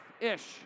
ish